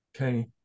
Okay